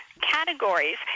categories